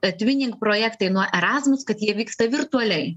etvinink projektai nuo erasmus kad jie vyksta virtualiai